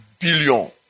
Billion